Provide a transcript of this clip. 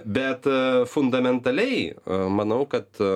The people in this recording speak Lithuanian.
bet fundamentaliai manau kad